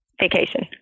Vacation